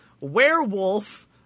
Werewolf